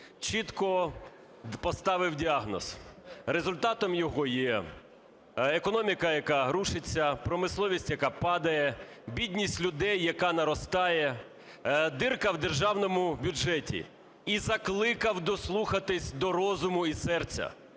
чітко поставив діагноз: результатом його є економіка, яка рушиться, промисловість, яка падає, бідність людей, яка наростає, дірка в державному бюджеті. І закликав дослухатись до розуму і серця,